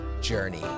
journey